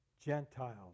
Gentiles